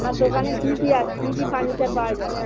আপনার দোকানে কী কি আছে কী ফার্নিচার পাওয়া যাবে